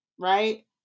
right